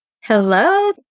Hello